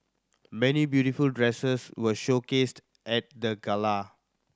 many beautiful dresses were showcased at the gala